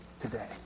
today